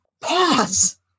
pause